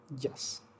Yes